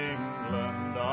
England